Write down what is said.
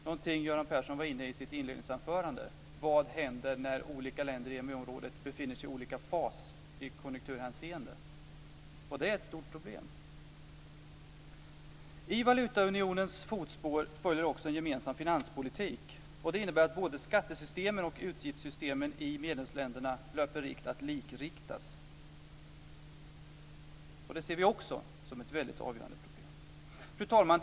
Det var Göran Persson inne på i sitt inledningsanförande. Vad händer när olika länder i EMU-området befinner sig i olika fas i konjunkturhänseende? Det är ett stort problem. I valutaunionens fotspår följer också en gemensam finanspolitik. Det innebär att både skattesystemen och utgiftssystemen i medlemsländerna löper risk att likriktas. Det ser vi också som ett väldigt avgörande problem. Fru talman!